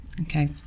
Okay